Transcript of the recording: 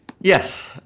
Yes